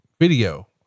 video